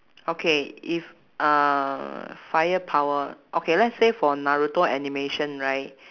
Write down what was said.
okay if uh fire power okay let's say for naruto animation right